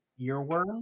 Earworm